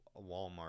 Walmart